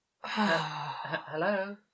Hello